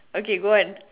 okay go on